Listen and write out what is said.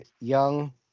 young